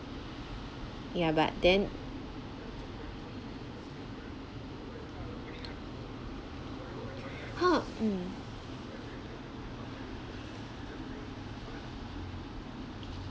ya but then ha mm